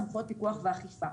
סמכויות פיקוח ואכיפה.